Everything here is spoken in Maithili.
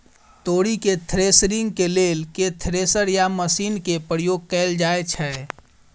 तोरी केँ थ्रेसरिंग केँ लेल केँ थ्रेसर या मशीन केँ प्रयोग कैल जाएँ छैय?